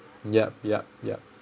yup yup yup